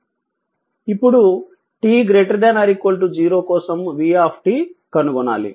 ఇప్పుడు t ≥ 0 కోసం v కనుగొనాలి